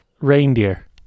reindeer